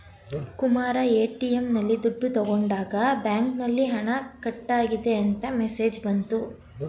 Kumara ATM ನಲ್ಲಿ ದುಡ್ಡು ತಗೊಂಡಾಗ ಬ್ಯಾಂಕಿನಲ್ಲಿ ಹಣ ಕಟ್ಟಾಗಿದೆ ಅಂತ ಮೆಸೇಜ್ ಬಂತು